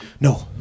No